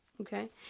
okay